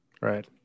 Right